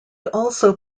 also